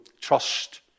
trust